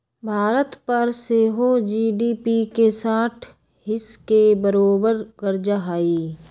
भारत पर सेहो जी.डी.पी के साठ हिस् के बरोबर कर्जा हइ